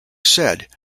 said